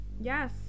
Yes